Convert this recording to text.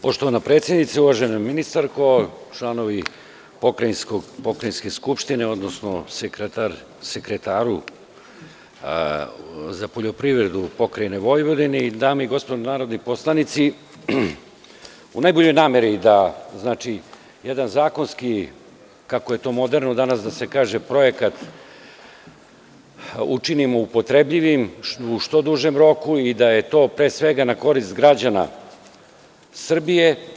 Poštovana predsednice, uvažena ministarko, članovi pokrajinske Skupštine, odnosno sekretaru za poljoprivredu pokrajine Vojvodine i dame i gospodo narodni poslanici, u najboljoj nameri da jedan zakonski, kako je to moderno danas da se kaže, projekat učinimo upotrebljivim u što dužem roku i da je to pre svega na korist građana Srbije.